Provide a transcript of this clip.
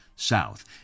South